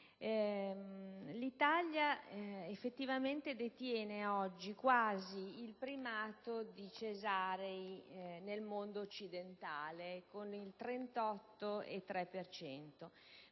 l'Italia effettivamente detiene oggi quasi il primato di parti cesarei nel mondo occidentale, con il 38,3